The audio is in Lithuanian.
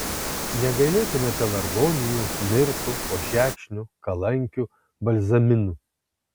negailėkime pelargonijų mirtų ožekšnių kalankių balzaminų